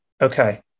Okay